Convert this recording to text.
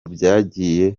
byagiye